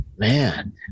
Man